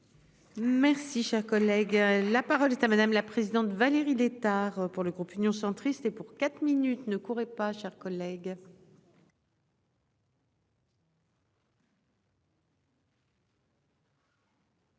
Merci, cher collègue, la parole est à madame la présidente, Valérie Létard. Pour le groupe Union centriste et pour quatre minutes ne courait pas chers collègues.